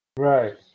Right